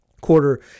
quarter